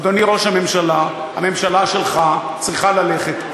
אדוני ראש הממשלה, הממשלה שלך צריכה ללכת.